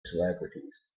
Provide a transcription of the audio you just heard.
celebrities